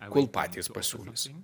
kol patys pasiūlys